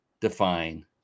define